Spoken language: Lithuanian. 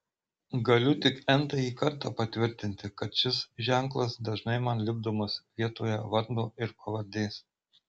galiu tik n tąjį kartą patvirtinti kad šis ženklas dažnai man lipdomas vietoje vardo ir pavardės